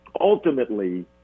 Ultimately